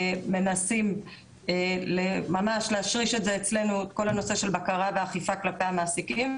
מנסים להשריש אצלנו את כל הנושא של בקרה ואכיפה כלפי המעסיקים.